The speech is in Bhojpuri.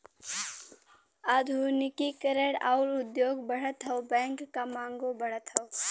आधुनिकी करण आउर उद्योग बढ़त हौ बैंक क मांगो बढ़त हौ